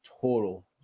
total